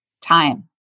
time